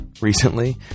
recently